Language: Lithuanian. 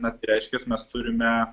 na tai reiškias mes turime